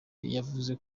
yavuze